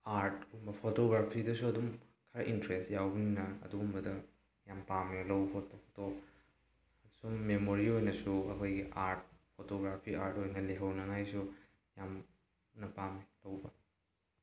ꯑꯥꯔꯠꯀꯨꯝꯕ ꯐꯣꯇꯣꯒ꯭ꯔꯥꯐꯤꯗꯁꯨ ꯑꯗꯨꯝ ꯈꯔ ꯏꯟꯇꯔꯦꯁ ꯌꯥꯎꯕꯅꯤꯅ ꯑꯗꯨꯒꯨꯝꯕꯗ ꯌꯥꯝ ꯄꯥꯝꯃꯦ ꯂꯧꯕ ꯈꯣꯠꯄ ꯐꯣꯇꯣ ꯁꯨꯝ ꯃꯦꯃꯣꯔꯤ ꯑꯣꯏꯅꯁꯨ ꯑꯩꯈꯣꯏꯒꯤ ꯑꯥꯔꯠ ꯐꯣꯇꯣꯒ꯭ꯔꯥꯐꯤ ꯑꯥꯔꯠ ꯑꯣꯏꯅ ꯂꯩꯍꯧꯅꯉꯥꯏꯁꯨ ꯌꯥꯝꯅ ꯄꯥꯝꯃꯤ ꯂꯧꯕ